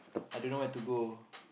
I don't know where to go